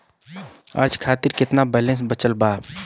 आज खातिर केतना बैलैंस बचल बा?